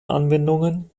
anwendungen